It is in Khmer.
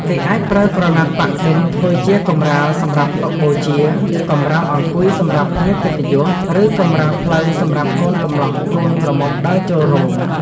គេអាចប្រើក្រណាត់ប៉ាក់-ឌិនធ្វើជាកម្រាលសម្រាប់តុបូជា កម្រាលអង្គុយសម្រាប់ភ្ញៀវកិត្តិយស ឬកម្រាលផ្លូវសម្រាប់កូនកំលោះកូនក្រមុំដើរចូលរោង។